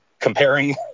comparing